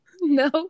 No